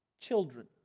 children